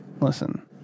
listen